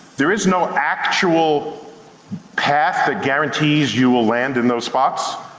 there is no actual path that guarantees you will land in those spots.